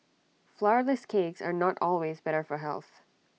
Flourless Cakes are not always better for health